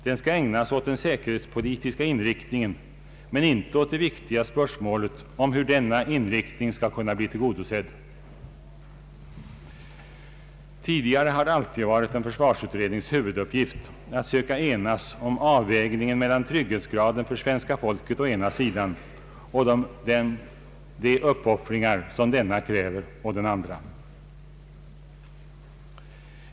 Den skall ägna sig åt den säkerhetspolitiska inriktningen men inte åt det viktiga spörsmålet om hur denna inriktning skall bli tillgodosedd. Tidigare har det alltid varit en försvarsutrednings huvuduppgift att söka enas om avvägningen mellan å ena sidan trygghetsgraden för svenska folket och å andra sidan de uppoffringar som denna kräver.